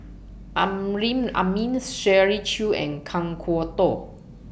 Amrin Amin Shirley Chew and Kan Kwok Toh